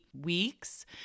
weeks